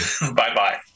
Bye-bye